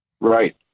Right